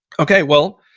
okay. well,